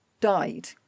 died